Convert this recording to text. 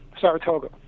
Saratoga